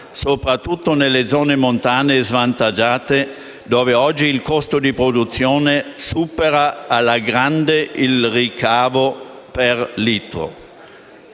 soprattutto nelle zone montane e svantaggiate, dove oggi il costo di produzione supera di gran lunga il ricavo per litro.